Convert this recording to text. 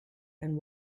and